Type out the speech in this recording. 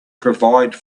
provide